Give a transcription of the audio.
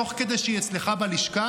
תוך כדי שהיא אצלך בלשכה?